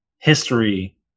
history